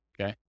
okay